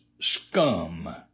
scum